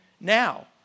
now